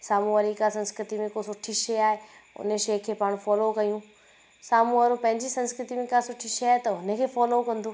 सामुहूं वारे खां संस्कृति बि को सुठी शइ आहे उन शइ खे पाण फॉलो कयूं सामुहूं वारो पंहिंजी संस्कृति में का सुठी शइ आहे त हुन खे फॉलो कंदो